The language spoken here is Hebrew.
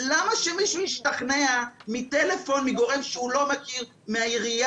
למה שמישהו ישתכנע מטלפון על ידי גורם שהוא לא מכיר מהעירייה?